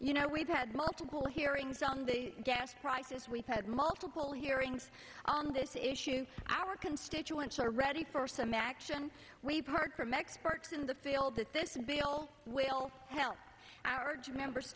you know we've had multiple hearings on the dash prices we've had multiple hearings on this issue our constituents are ready for some action we've heard from experts in the field that this bill will help our jim members